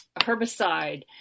herbicide